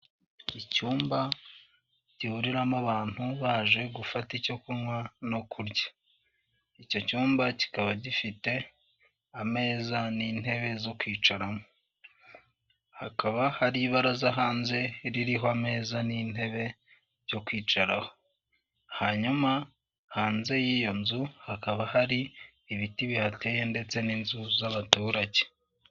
Icyumba gihuriramo abantu baje gufata icyo kunywa no kurya, icyo cyumba kikaba gifite ameza n'intebe zo kwicaramo, hakaba hari ibaraza hanze ririho ameza n'intebe byo kwicaraho, hanyuma hanze y'iyo nzu hakaba hari ibiti bihateye ndetse n'inzu z'abaturage.